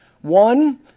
One